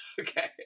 Okay